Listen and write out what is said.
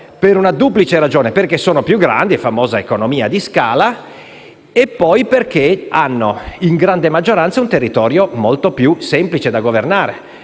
per una duplice ragione: perché sono più grandi (è la famosa economia di scala) e poi perché hanno, nella grande maggioranza, un territorio più semplice da governare.